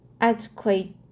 adequate